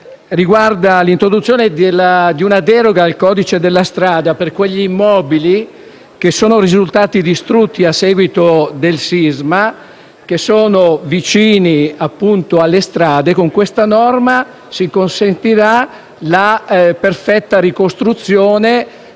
riguarda l'introduzione di una deroga al codice della strada per gli immobili risultati distrutti a seguito del sisma e vicini alle strade. Con questa norma se ne consentirà la perfetta ricostruzione,